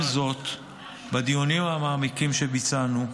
עם זאת, בדיונים המעמיקים שביצענו,